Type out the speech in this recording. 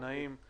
שני נמנעים.